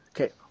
okay